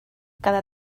cada